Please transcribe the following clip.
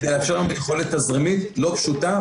כדי לאפשר להם את היכולת התזרימית הלא פשוטה.